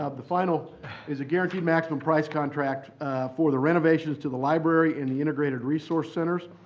ah the final is a guaranteed maximum price contract for the renovations to the library in the integrated resource centers.